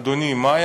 אדוני,